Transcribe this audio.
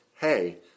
Hey